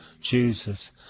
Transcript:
Jesus